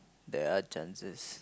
there are chances